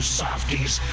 softies